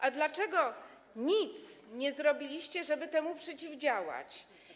A dlaczego nic nie zrobiliście, żeby temu przeciwdziałać?